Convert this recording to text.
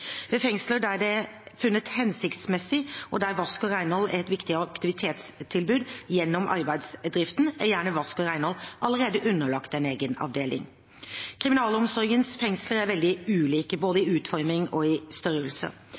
Ved fengsler der det er funnet hensiktsmessig og der vask og renhold er et viktig aktivitetstilbud gjennom arbeidsdriften, er gjerne vask og renhold allerede underlagt en egen avdeling. Kriminalomsorgens fengsler er veldig ulike, både i utforming og i størrelse.